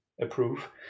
approve